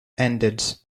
ended